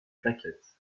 plaquettes